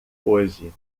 hoje